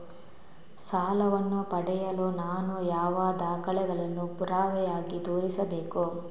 ಸಾಲವನ್ನು ಪಡೆಯಲು ನಾನು ಯಾವ ದಾಖಲೆಗಳನ್ನು ಪುರಾವೆಯಾಗಿ ತೋರಿಸಬೇಕು?